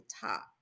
top